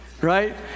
Right